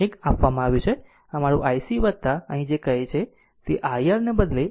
તેથી અમારું ic અહીં જે કહે છે તે irને બદલે ir t કહે છે